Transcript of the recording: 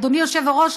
אדוני היושב-ראש,